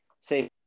say